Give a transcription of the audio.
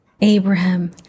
Abraham